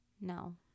No